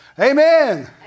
Amen